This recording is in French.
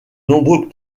nombreux